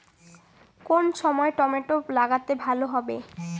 কোন সময় টমেটো লাগালে ভালো হবে?